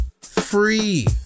free